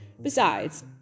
Besides